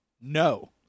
No